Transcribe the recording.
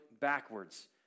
backwards